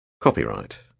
Copyright